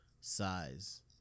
size